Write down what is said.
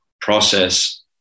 process